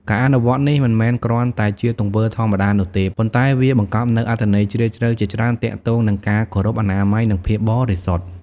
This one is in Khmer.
ការអនុវត្តនេះមិនមែនគ្រាន់តែជាទង្វើធម្មតានោះទេ ប៉ុន្តែវាបង្កប់នូវអត្ថន័យជ្រាលជ្រៅជាច្រើនទាក់ទងនឹងការគោរព អនាម័យ និងភាពបរិសុទ្ធ។